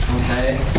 okay